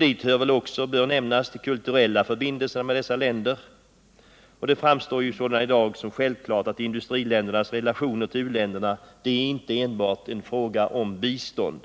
Här bör väl också de kulturella förbindelserna med dessa länder nämnas. Det framstår sålunda i dag som självklart att industriländernas relationer till uländerna inte enbart är en fråga om bistånd,